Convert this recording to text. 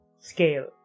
scale